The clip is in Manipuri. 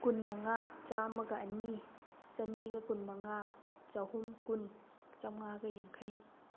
ꯀꯨꯟ ꯃꯉꯥ ꯆꯥꯝꯃꯒ ꯑꯅꯤ ꯆꯥꯅꯤꯒ ꯀꯨꯟꯃꯉꯥ ꯆꯍꯨꯝ ꯀꯨꯟ ꯆꯥꯝꯃꯉꯥꯒ ꯌꯥꯡꯈꯩ